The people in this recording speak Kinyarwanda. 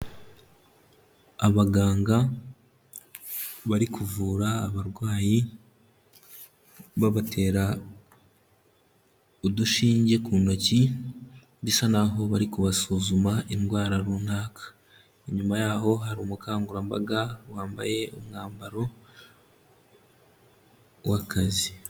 Abaganga bari kuvura abarwayi babatera udushinge ku ntoki, bisa n'aho bari kubasuzuma indwara runaka. Inyuma yaho hari umukangurambaga wambaye umwambaro w'akazi.